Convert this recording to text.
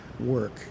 work